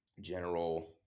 general